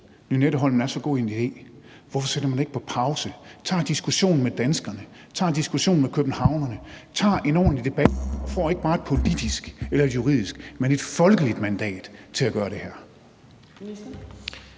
Lynetteholmen er så god en idé, hvorfor sætter man det så ikke på pause og tager en diskussion med danskerne, tager en diskussion med københavnerne, tager en ordentlig debat og får ikke bare et politisk eller et juridisk, men et folkeligt mandat til at gøre det her?